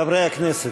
חברי הכנסת,